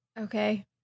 Okay